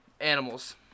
animals